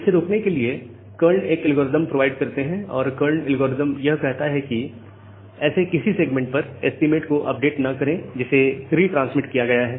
इसको रोकने के लिए कर्ण एक एल्गोरिदम Karn's algorithm प्रोवाइड करते हैं और कर्ण एल्गोरिदमKarn's algorithm यह कहता है कि ऐसे किसी सेगमेंट पर एस्टीमेट को अपडेट ना करें जिसे रिट्रांसमिट किया गया है